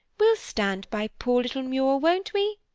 we'll stand by poor little muir, won't we?